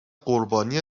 قربانی